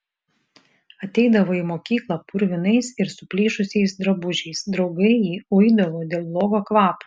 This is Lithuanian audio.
ateidavo į mokyklą purvinais ir suplyšusiais drabužiais draugai jį uidavo dėl blogo kvapo